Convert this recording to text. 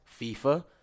FIFA